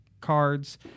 cards